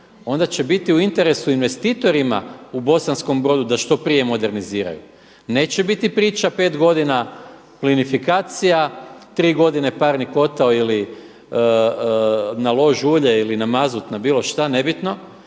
onda će biti u interesu investitorima u Bosanskom Brodu da što prije moderniziraju. Neće biti priča pet godina plinifikacija tri godine parni kotao ili na lož ulje ili na mazut, na bilo šta, nebitno.